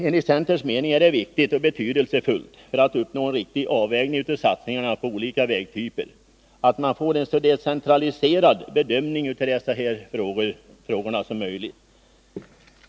Enligt centerns mening är det viktigt och betydelsefullt för att uppnå en riktig avvägning av satsningarna på olika vägtyper att man får en så decentraliserad bedömning av dessa frågor som möjligt.